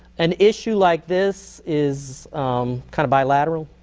an issue like this is kind of bilateral?